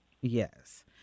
Yes